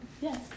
Yes